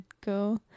go